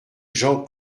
jean